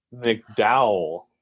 McDowell